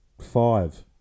Five